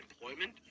employment